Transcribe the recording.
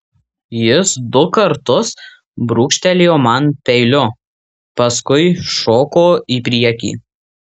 jis du kartus brūkštelėjo man peiliu paskui šoko į priekį